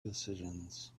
decisions